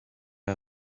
are